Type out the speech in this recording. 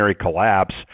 collapse